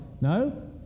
no